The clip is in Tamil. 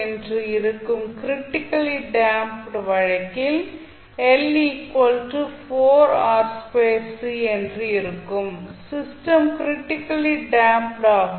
என்று இருக்கும் க்ரிட்டிக்கல்லி டேம்ப்ட் வழக்கில் என்று இருக்கும்போது சிஸ்டம் க்ரிட்டிக்கல்லி டேம்ப்ட் ஆகும்